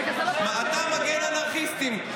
אתה מגן אנרכיסטים,